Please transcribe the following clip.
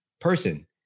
person